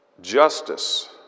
justice